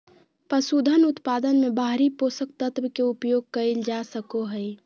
पसूधन उत्पादन मे बाहरी पोषक तत्व के उपयोग कइल जा सको हइ